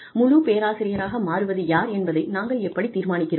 முழு பேராசிரியராக மாறுவது யார் என்பதை நாங்கள் எப்படித் தீர்மானிக்கிறோம்